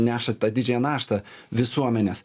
neša tą didžiąją naštą visuomenės